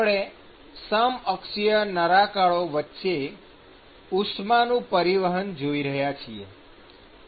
આપણે સમ અક્ષીય નળાકારો વચ્ચે ઉષ્માનું પરિવહન જોઈ રહ્યા છીએ